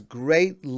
great